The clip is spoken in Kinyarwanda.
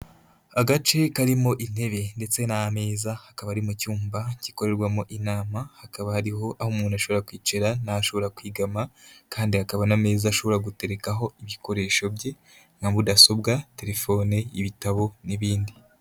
Agace karimo intebe ndetse n'ameza hakaba ari mu cyumba gikorerwamo inama hakaba hariho aho umuntu ashobora kwicara na ntashobora kwegama kandi hakaba n'ameza ashobora guterekaho ibikoresho bye nka mudasobwa telefone ibitabo n'ibindi.